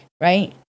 right